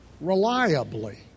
reliably